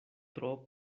tro